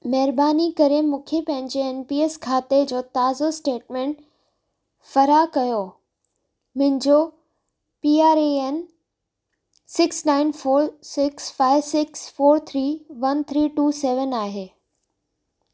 महिरबानी करे मूंखे पंहिंजे एन पी एस खाते जो तव्हांजो स्टेटमेंट फ़रा कयो मुंहिंजो P R A N six nine four six five six four three one three two seven आहे